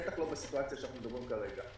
בטח לא בסיטואציה שאנחנו מדברים כרגע.